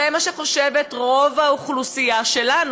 זה מה שחושבת רוב האוכלוסייה שלנו.